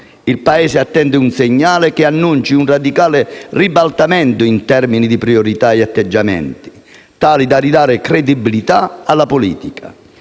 Il Paese attende un segnale che annunci un radicale ribaltamento in termini di priorità e atteggiamenti tale da ridare credibilità alla politica.